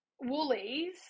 Woolies